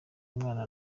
umwana